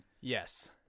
Yes